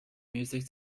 music